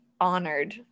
honored